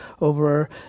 over